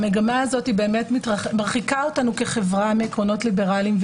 המגמה הזו מרחיקה אותנו כחברה מעקרונות ליברליים.